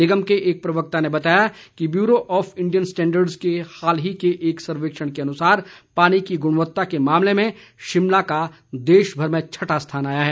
निगम के एक प्रवक्ता ने बताया कि ब्यूरो ऑफ इंडियन स्टेंडर्स के हाल ही के एक सर्वेक्षण के अनुसार पानी की गुणवत्ता के मामले में शिमला का देशभर में छठा स्थान आया है